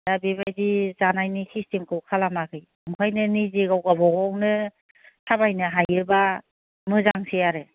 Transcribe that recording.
दा बेबायदि जानायनि सिसतेमखौ खालामाखै ओंखायनो निजे गाव गाबागावनो थाबायनो हायोबा मोजांसै आरो